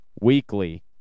weekly